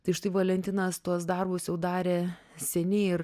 tai štai valentinas tuos darbus jau darė seniai ir